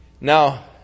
Now